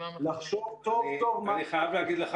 לחשוב טוב טוב --- אני חייב להגיד לך